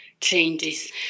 changes